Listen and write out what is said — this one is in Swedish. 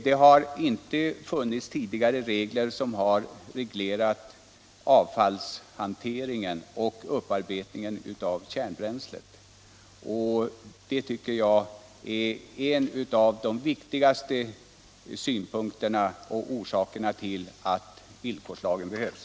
Det har tidigare inte funnits regler som har reglerat avfallshanteringen och upparbetningen av kärnbränslet. Det tycker jag är en av de viktigaste orsakerna till att villkorslagen behövs.